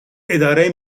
اداره